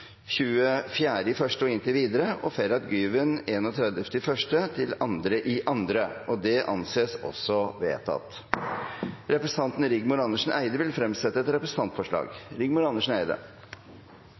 24. januar og inntil videre og Ferhat Güven fra 31. januar–2. februar Representanten Rigmor Andersen Eide vil fremsette et representantforslag.